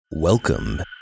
Welcome